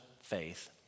faith